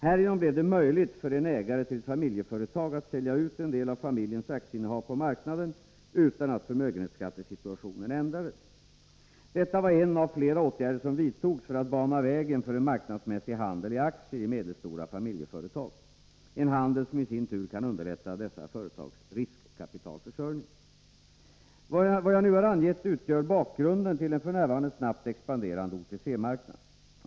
Härigenom blev det möjligt för en ägare till ett familjeföretag att sälja ut en del av familjens aktieinnehav på marknaden utan att förmögenhetsskattesituationen ändrades. Detta var en av flera åtgärder som vidtogs för att bana vägen för en marknadsmässig handel i aktier i medelstora familjeföretag, en handel som i sin tur kan underlätta dessa företags riskkapitalförsörjning. Vad jag nu har angivit utgör bakgrunden till den f. n. snabbt expanderande OTC-marknaden.